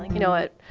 you know what,